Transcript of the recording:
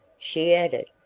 she added,